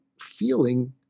feeling